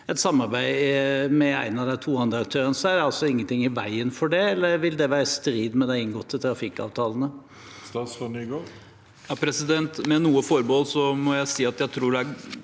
et samarbeid med en av de to andre aktørene, er det altså ingenting i veien for det. Eller vil det være i strid med de inngåtte trafikkavtalene? Statsråd Jon-Ivar Nygård Med noe for- behold må jeg si at jeg er